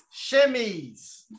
Shimmies